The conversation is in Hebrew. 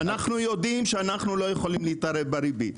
אנחנו יודעים שאנחנו לא יכולים להתערב בריבית.